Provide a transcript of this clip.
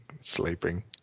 sleeping